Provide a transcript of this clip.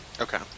okay